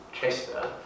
Chester